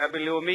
הבין-לאומי,